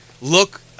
look